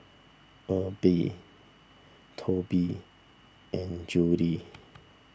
Erby Tobie and Judyth